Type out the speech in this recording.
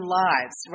lives